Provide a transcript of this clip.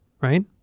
Right